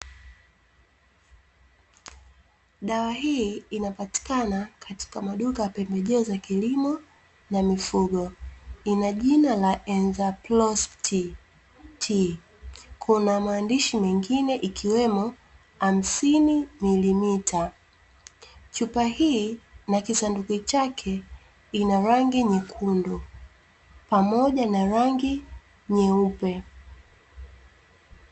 Dawa hii inapatikana katika maduka ya pembejeo za kilimo na mifugo. Ina jina la "Enzaprost T", kuna maandishi mengine ikiwemo, hamsini mililita. Chupa hii na kisanduku chake ina rangi nyekundu pamoja na rangi nyeupe.